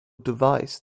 device